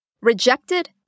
rejected